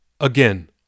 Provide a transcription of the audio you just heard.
Again